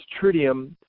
tritium